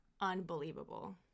Unbelievable